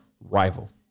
Rival